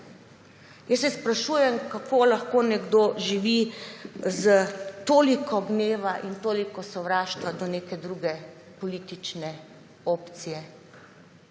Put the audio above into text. Jaz se sprašujem, kako lahko nekdo živi s toliko gneva in toliko sovraštva do neke druge politične opcije,